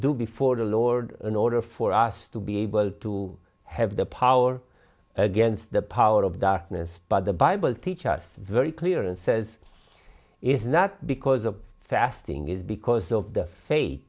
do before the lord in order for us to be able to have the power against the power of darkness but the bible teaches very clear and says it's not because of fasting is because of the